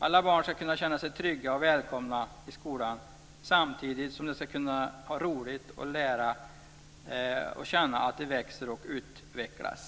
Alla barn ska kunna känna sig trygga och välkomna i skolan samtidigt som de ska kunna ha roligt och känna att de växer och utvecklas.